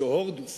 שהורדוס